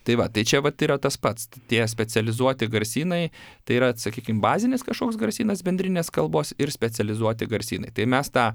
tai va tai čia vat yra tas pats tie specializuoti garsynai tai yra sakykim bazinis kažkoks garsynas bendrinės kalbos ir specializuoti garsynai tai mes tą